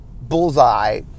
bullseye